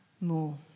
more